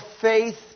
faith